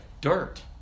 dirt